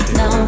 no